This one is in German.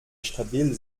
stabil